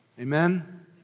Amen